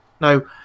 No